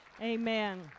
amen